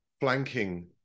flanking